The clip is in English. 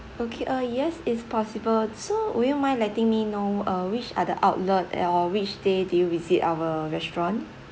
okay uh yes is possible so would you mind letting me know uh which are the outlet or which day did you visit our restaurant